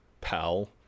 pal